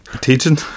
Teaching